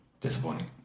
Disappointing